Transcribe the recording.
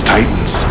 Titans